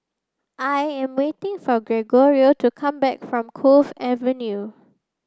I am waiting for Gregorio to come back from Cove Avenue